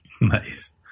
Nice